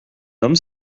homme